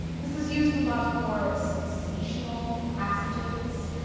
this is used a lot for sensational passages,